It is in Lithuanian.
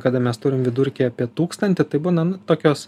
kada mes turim vidurkį apie tūkstantį tai būna nu tokios